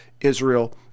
Israel